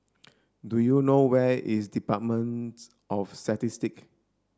do you know where is Departments of Statistic